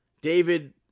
David